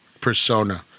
persona